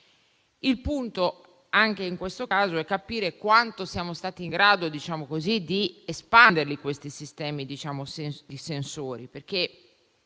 Il punto, anche in questo caso, è capire quanto siamo stati in grado di espandere questi sistemi di sensori.